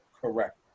correct